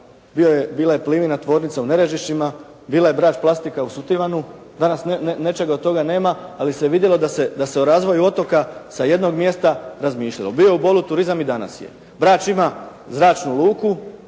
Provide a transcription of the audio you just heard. bila je Plivina tvornica u Nerežišćima, bila je Brač plastika u Sutivanu, danas nečega od toga nema, ali se vidjelo da se o razvoju otoka sa jednoga mjesta razmišljalo. Bio je u Bolu turizam i danas je. Brač ima zračnu luku,